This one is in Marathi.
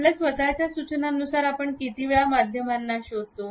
आपल्या स्वतःच्या सूचनांनुसार आपण कितीवेळा माध्यमांना शोधतो